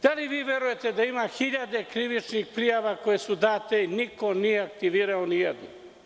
Da li vi verujete da ima hiljade krivičnih prijava koje su date i niko nije aktivirao ni jednu?